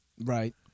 Right